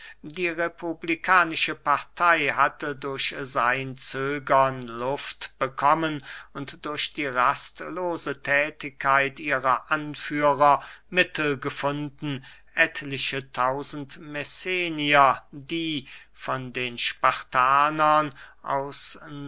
die republikanische partey hatte durch sein zögern luft bekommen und durch die rastlose thätigkeit ihrer anführer mittel gefunden etliche tausend messenier die von den spartanern aus